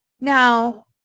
Now